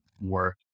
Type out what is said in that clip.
work